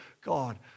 God